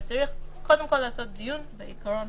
אז צריך קודם כול לעשות דיון בעיקרון